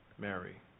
Mary